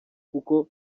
kuko